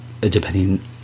depending